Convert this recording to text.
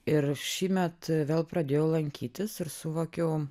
ir šįmet vėl pradėjau lankytis ir suvokiau